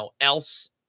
else